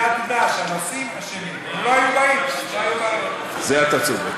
אנחנו כל יום טוחנים מים, מה שנקרא,